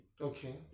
Okay